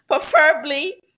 preferably